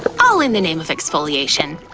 but all in the name of exfoliation!